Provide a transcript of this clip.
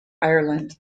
ireland